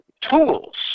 tools